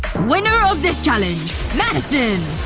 winner of this challenge madison!